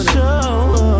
Show